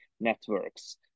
networks